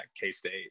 K-State